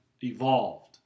evolved